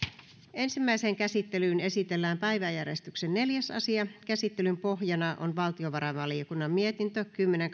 ensimmäiseen käsittelyyn esitellään päiväjärjestyksen neljäs asia käsittelyn pohjana on valtiovarainvaliokunnan mietintö kymmenen